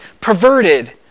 perverted